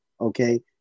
Okay